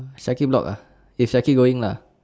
syakir block ah eh syakir going lah